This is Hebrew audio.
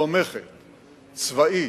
התומכת צבאית,